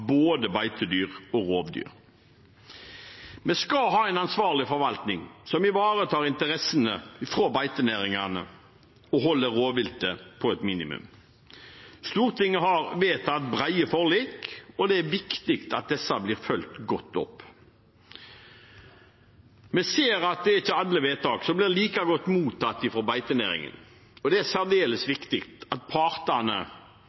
både beitedyr og rovdyr. Vi skal ha en ansvarlig forvaltning som ivaretar interessene til beitenæringene og holder rovviltet på et minimum. Stortinget har vedtatt brede forlik, og det er viktig at de blir fulgt godt opp. Vi ser at det ikke er alle vedtak som blir like godt mottatt hos beitenæringene, og det er særdeles